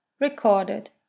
Recorded